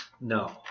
No